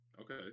okay